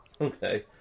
Okay